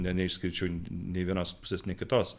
ne neišskirčiau nė vienos pusės nei kitos